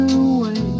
away